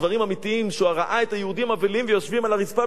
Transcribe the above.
שהוא שראה את היהודים אבלים ויושבים על הרצפה בתשעה באב ואמר: